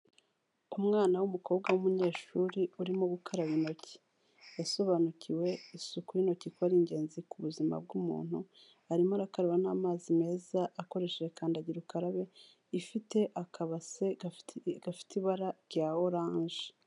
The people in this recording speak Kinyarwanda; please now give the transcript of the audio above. Umwana w'umukobwa w'umunyeshuri urimo gukaraba intoki, yasobanukiwe isuku y'intoki ko ari ingenzi ku buzima bw'umuntu, arimo arakaraba n'amazi meza akoresheje kandagirukarabe ifite akabase gafite ibara rya oranje.